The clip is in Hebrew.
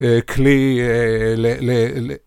קליאאאאלעאלעאלעאלעא